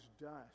dust